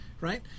right